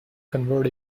convert